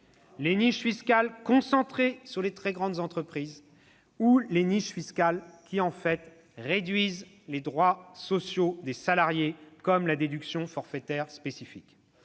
les niches concentrées sur les très grandes entreprises, ... Total !... ou sur les niches qui en fait réduisent les droits sociaux des salariés, comme la déduction forfaitaire spécifique.